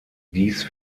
dies